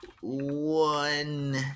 one